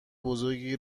بزرگی